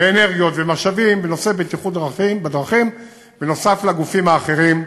אנרגיות ומשאבים בנושא הבטיחות בדרכים נוסף על הגופים האחרים.